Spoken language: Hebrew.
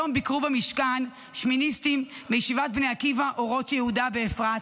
היום ביקרו במשכן שמיניסטים מישיבת בני עקיבא אורות יהודה באפרת,